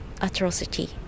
atrocity